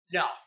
no